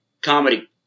comedy